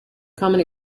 common